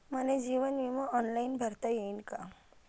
मले जीवन बिमा ऑनलाईन भरता येईन का?